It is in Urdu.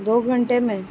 دو گھنٹے میں